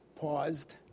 paused